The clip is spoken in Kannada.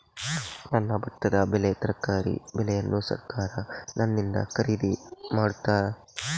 ನನ್ನ ಭತ್ತದ ಬೆಳೆ, ತರಕಾರಿ ಬೆಳೆಯನ್ನು ಸರಕಾರ ನನ್ನಿಂದ ಖರೀದಿ ಮಾಡುತ್ತದಾ?